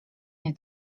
nie